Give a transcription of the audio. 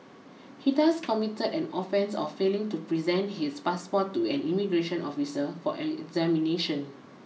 he thus committed an offence of failing to present his passport to an immigration officer for an examination